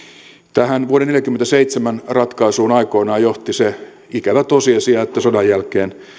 tähän vuoden neljäkymmentäseitsemän ratkaisuun aikoinaan johti se ikävä tosiasia että sodan jälkeen